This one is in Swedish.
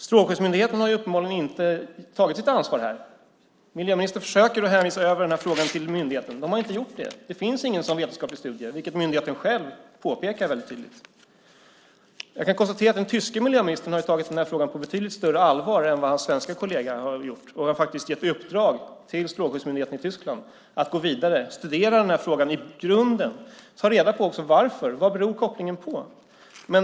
Strålsäkerhetsmyndigheten har uppenbarligen inte tagit sitt ansvar här. Miljöministern försöker hänvisa frågan till myndigheten. De har inte gjort det. Det finns ingen sådan vetenskaplig studie, vilket myndigheten själv tydligt påpekar. Jag kan konstatera att den tyske miljöministern tagit denna fråga på betydligt större allvar än hans svenske kollega och gett strålskyddsmyndigheten i Tyskland i uppdrag att gå vidare och studera frågan i grunden, ta reda på vad kopplingen beror på.